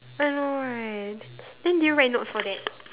I know right then did you write notes for that